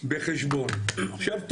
לפי תסקיר מבחן נמוכה,